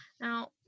Now